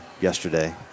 yesterday